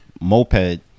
moped